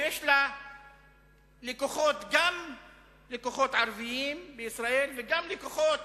שיש לה גם לקוחות ערבים בישראל וגם לקוחות